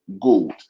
gold